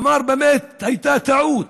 אמר: באמת הייתה טעות.